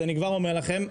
אני כבר אומר לכם,